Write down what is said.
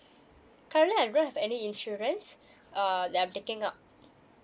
currently I don't have any insurance uh that I'm taking up